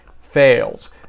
fails